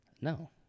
No